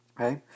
okay